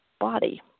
body